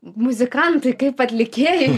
muzikantui kaip atlikėjui